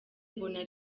mbona